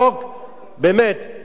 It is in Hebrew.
באמת, זה חוכא ואטלולא.